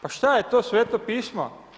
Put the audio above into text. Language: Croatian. Pa šta je to Sveto pismo?